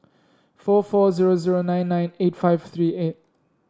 four four zero zero nine nine eight five three eight